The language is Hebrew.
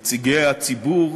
נציגי הציבור,